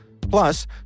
Plus